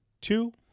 Two